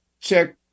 check